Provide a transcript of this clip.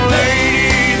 lady